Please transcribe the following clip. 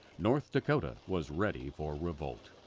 north dakota was ready for revolt.